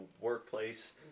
workplace